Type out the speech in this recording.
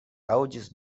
aŭdis